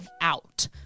out